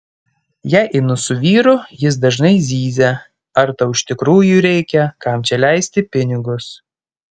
jei einu su vyru jis dažnai zyzia ar tau iš tikrųjų reikia kam čia leisti pinigus